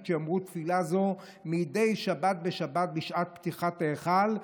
שיאמרו תפילה זו מדי שבת בשבת בשעת פתיחת ההיכל,